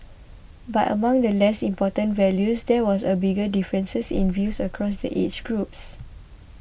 but among the less important values there was a bigger difference in views across the age groups